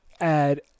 add